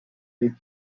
des